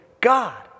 God